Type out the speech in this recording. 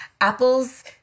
apples